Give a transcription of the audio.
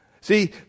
See